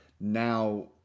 now